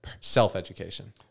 self-education